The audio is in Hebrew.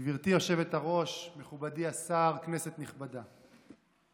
גברתי היושבת-ראש, מכובדי השר, כנסת נכבדה,